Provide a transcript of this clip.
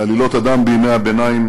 מעלילות הדם בימי הביניים,